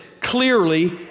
clearly